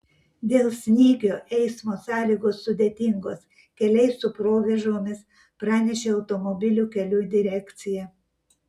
dėl snygio eismo sąlygos sudėtingos keliai su provėžomis pranešė automobilių kelių direkcija